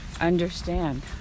understand